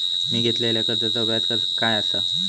मी घेतलाल्या कर्जाचा व्याज काय आसा?